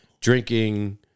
drinking